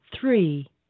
three